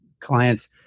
clients